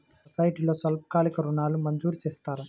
సొసైటీలో స్వల్పకాలిక ఋణాలు మంజూరు చేస్తారా?